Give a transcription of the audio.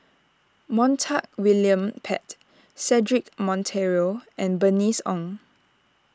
Montague William Pett Cedric Monteiro and Bernice Ong